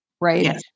Right